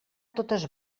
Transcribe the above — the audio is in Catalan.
totes